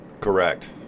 Correct